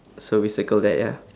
so we circle that ya